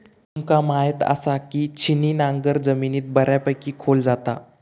तुमका म्हायत आसा, की छिन्नी नांगर जमिनीत बऱ्यापैकी खोल जाता